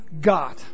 God